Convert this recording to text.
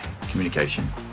communication